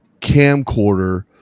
camcorder